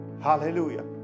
hallelujah